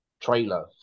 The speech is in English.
trailer